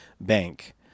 bank